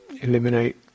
eliminate